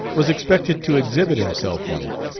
was expected to exhibit himself on it.